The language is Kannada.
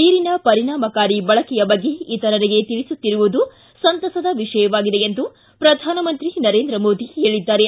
ನೀರಿನ ಪರಿಣಾಮಕಾರಿ ಬಳಕೆಯ ಬಗ್ಗೆ ಇತರರಿಗೆ ತಿಳಿಸುತ್ತಿರುವುದು ಸಂತಸದ ವಿಷಯವಾಗಿದೆ ಎಂದು ಪ್ರಧಾನಮಂತ್ರಿ ನರೇಂದ್ರ ಮೋದಿ ಹೇಳಿದ್ದಾರೆ